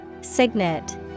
Signet